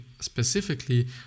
Specifically